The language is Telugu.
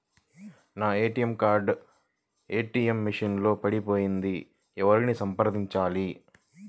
నా ఏ.టీ.ఎం కార్డు ఏ.టీ.ఎం మెషిన్ లో పడిపోయింది ఎవరిని సంప్రదించాలి?